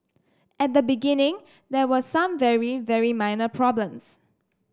at the beginning there were some very very minor problems